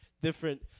different